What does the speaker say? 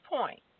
point